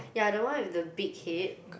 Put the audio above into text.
ya the one with the big head